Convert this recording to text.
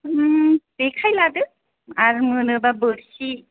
जेखाइ लादो आर मोनोब्ला बोरसि